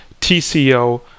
TCO